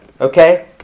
Okay